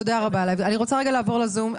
אני רוצה רגע לעבור לזום.